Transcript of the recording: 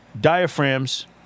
diaphragms